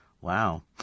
Wow